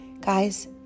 Guys